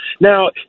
Now